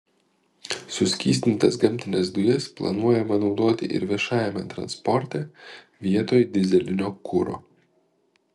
suskystintas gamtines dujas planuojama naudoti ir viešajame transporte vietoj dyzelinio kuro